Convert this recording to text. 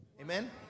Amen